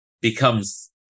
becomes